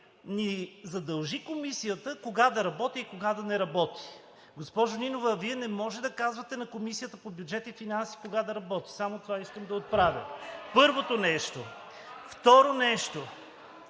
ни задължи Комисията кога да работи и кога да не работи. Госпожо Нинова, Вие не можете да казвате на Комисията по бюджет и финанси кога да работи, само това искам да отправя – първото нещо. (Реплики от